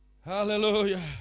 Hallelujah